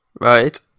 Right